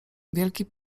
wielki